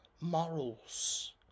Morals